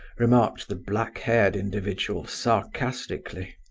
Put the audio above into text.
remarked the black-haired individual, sarcastically.